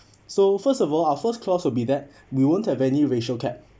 so first of all our first clause would be that we won't have any ratio cap